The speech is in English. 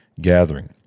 gathering